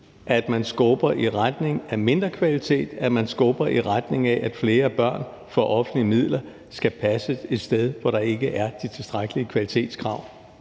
at man skubber i retning af mindre kvalitet, og at man skubber i retning af, at flere børn for offentlige midler skal passes et sted, hvor der ikke er de tilstrækkelige kvalitetskrav.